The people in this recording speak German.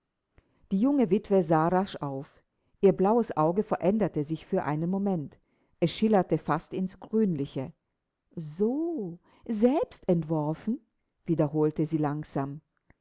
die junge witwe sah rasch auf ihr blaues auge veränderte sich für einen moment es schillerte fast ins grünliche so selbst entworfen wiederholte sie langsam